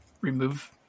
remove